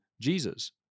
Jesus